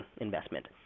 investment